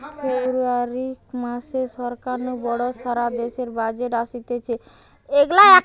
ফেব্রুয়ারী মাসে সরকার নু বড় সারা দেশের বাজেট অসতিছে